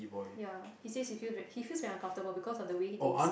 ya he says he feel very he feels very uncomfortable because of the way it is